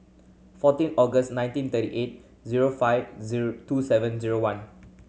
fourteen August nineteen thirty eight zero five zero two seven zero one